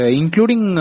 including